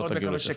לא תגיעו לשם.